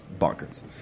bonkers